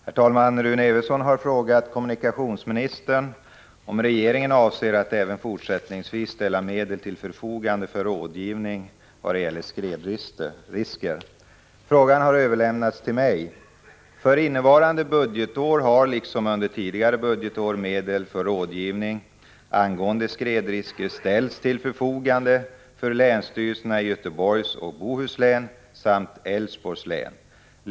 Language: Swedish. Herr talman! Rune Evensson har frågat kommunikationsministern om regeringen avser att även fortsättningsvis ställa medel till förfogande för rådgivning angående skredrisker. Frågan har överlämnats till mig. För innevarande budgetår har, liksom under tidigare budgetår, medel för rådgivning angående skredrisker ställts till förfogande för länsstyrelserna i Göteborgs och Bohus län och Älvsborgs län.